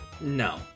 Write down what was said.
No